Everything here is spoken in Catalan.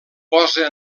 posa